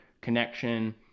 connection